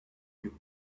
you